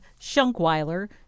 Schunkweiler